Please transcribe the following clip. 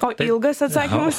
o ilgas atsakymas